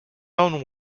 own